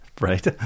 Right